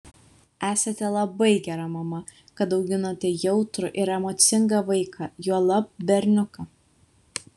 esate labai gera mama kad auginate jautrų ir emocingą vaiką juolab berniuką